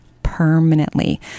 permanently